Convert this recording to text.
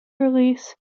release